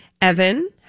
Evan